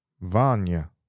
Vanya